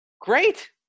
Great